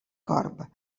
corb